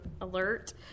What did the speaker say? alert